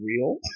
real